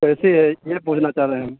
کیسی ہے یہ پوچھنا چاہ رہے ہیں ہم